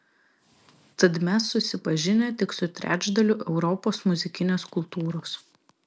tad mes susipažinę tik su trečdaliu europos muzikinės kultūros